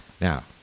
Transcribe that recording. Now